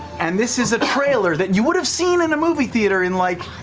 and this is a trailer that you would've seen in a movie theater in like,